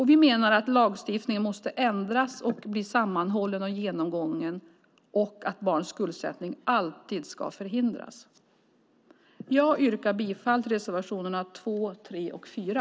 Vi menar att lagstiftningen måste ändras, bli sammanhållen och genomgången och att barns skuldsättning alltid ska förhindras. Jag yrkar bifall till reservationerna 2, 3 och 4.